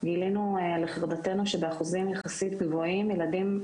גילינו לחרדתנו שבאחוזים יחסית גבוהים ילדים,